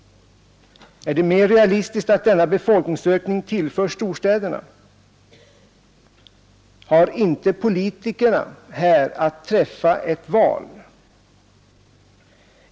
Är det mer realistiskt att denna befolkningsökning tillförs storstäderna? Har inte politikerna här att träffa ett val?